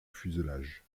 fuselage